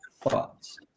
thoughts